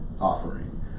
offering